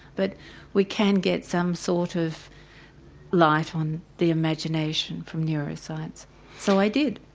but we can get some sort of light on the imagination from neuroscience so i did.